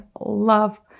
love